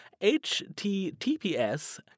HTTPS